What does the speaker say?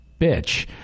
bitch